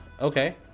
Okay